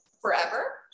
forever